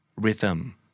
Rhythm